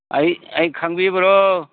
ꯑꯩ ꯑꯩ ꯈꯪꯕꯤꯕ꯭ꯔꯣ